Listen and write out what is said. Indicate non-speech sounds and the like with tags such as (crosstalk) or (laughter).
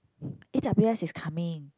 (breath) A_w_S is coming